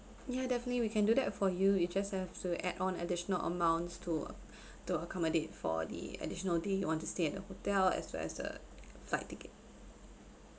ya definitely we can do that for you you just have to add on additional amounts to to accommodate for the additional day you want to stay at the hotel as well as the flight ticket